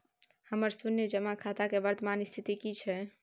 हमर शुन्य जमा खाता के वर्तमान स्थिति की छै?